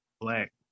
Black